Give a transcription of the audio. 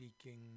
speaking